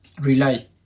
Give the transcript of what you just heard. rely